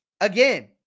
Again